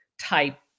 type